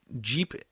Jeep